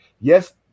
Yes